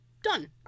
Done